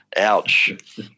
ouch